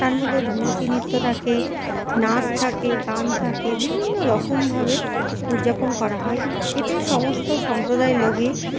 তার মধ্যে ধুনুচি নৃত্য থাকে নাচ থাকে গান থাকে বিভিন্ন রকমভাবে উদযাপন করা হয় এতে সমস্ত সম্প্রদায়ের লোকই